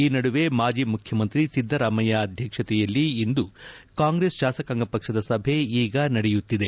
ಈ ನಡುವೆ ಮಾಜಿ ಮುಖ್ಯಮಂತ್ರಿ ಸಿದ್ದರಾಮಯ್ಯ ಅಧ್ಯಕ್ಷತೆಯಲ್ಲಿ ಇಂದು ಕಾಂಗ್ರೆಸ್ ಶಾಸಕಾಂಗ ಪಕ್ಷದ ಸಭೆ ಈಗ ನಡೆಯುತ್ತಿದೆ